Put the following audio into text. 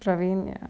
driving ya